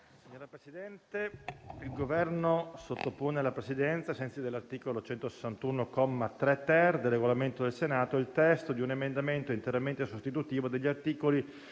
Signor Presidente, il Governo sottopone alla Presidenza, ai sensi dell'articolo 161, comma 3*-ter* del Regolamento del Senato, il testo di un emendamento interamente sostitutivo della prima